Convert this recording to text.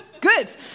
good